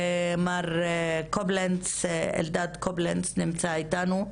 מר אלדד קובלנץ נמצא איתנו.